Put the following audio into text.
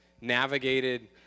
navigated